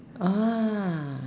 ah